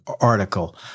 article